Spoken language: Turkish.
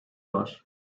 var